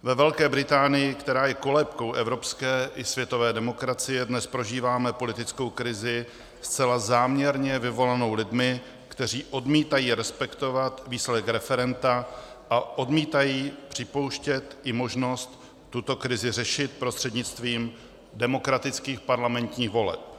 Ve Velké Británii, která je kolébkou evropské i světové demokracie, dnes prožíváme politickou krizi zcela záměrně vyvolanou lidmi, kteří odmítají respektovat výsledek referenda a odmítají připouštět i možnost tuto krizi řešit prostřednictvím demokratických parlamentních voleb.